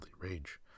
rage